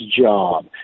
job